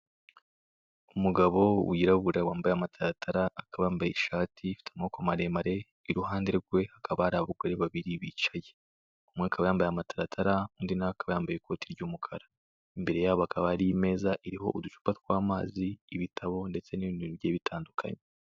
Umugabo wirabura wambaye amataratara, akaba yambaye ishati ifite amaboko maremare, iruhande rwe hakaba hari abagore babiri bicaye. Umwe akaba yambaye amataratara, undi na we akaba yambaye ikoti ry'umukara. Imbere yabo hakaba hari imeza iriho uducupa tw'amazi, ibitabo ndetse n'ibindi bintu bigiye bitandukanye.